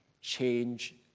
change